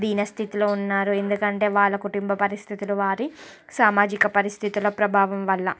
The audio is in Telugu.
దీనస్థితిలో ఉన్నారు ఎందుకంటే వాళ్ళ కుటుంబ పరిస్థితులు వారి సామాజిక పరిస్థితుల ప్రభావం వల్ల